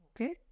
okay